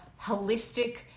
holistic